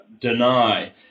deny